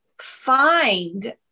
find